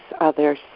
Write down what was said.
others